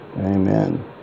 Amen